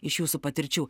iš jūsų patirčių